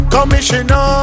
Commissioner